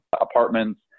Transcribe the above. apartments